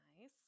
Nice